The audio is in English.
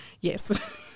Yes